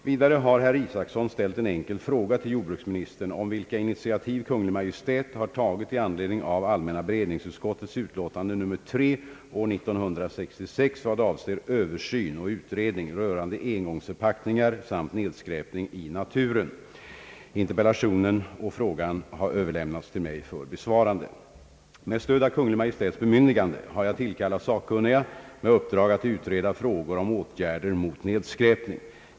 Vidare har herr Isacson ställt en enkel fråga till jordbruksministern om vilka initiativ Kungl. Maj:t har tagit i anledning av allmänna beredningsutskottets utlåtande nr 3 år 1966 vad avser översyn och utredning rörande engångsförpackningar samt nedskräpning i naturen. Interpellationen och frågan har överlämnats till mig för besvarande. Med stöd av Kungl. Maj:ts bemyndigande har jag tillkallat sakkunniga med uppdrag att utreda frågor om åtgärder mot nedskräpning.